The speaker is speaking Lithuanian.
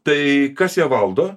tai kas ją valdo